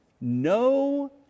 no